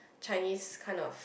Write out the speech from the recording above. Chinese kind of